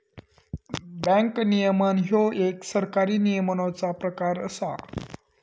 bank नियमन ह्यो एक सरकारी नियमनाचो प्रकार असा